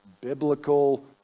biblical